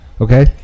Okay